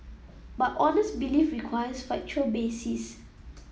but honest belief requires factual basis